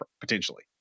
potentially